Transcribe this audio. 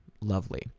lovely